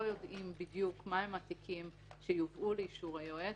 יודעים בדיוק מהם התיקים שיובאו לאישור היועץ,